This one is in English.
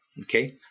Okay